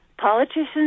politicians